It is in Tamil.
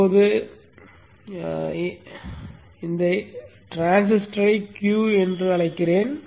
இப்போது இந்த டிரான்சிஸ்டரை Q என அழைக்கிறேன்